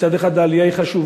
מצד אחד העלייה היא חשובה,